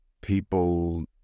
People